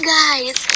guys